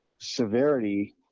severity